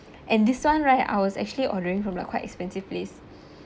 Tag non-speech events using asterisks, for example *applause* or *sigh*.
and this one right I was actually ordering from like quite expensive place *breath*